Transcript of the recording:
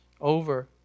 Over